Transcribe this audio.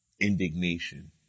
indignation